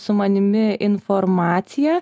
su manimi informacija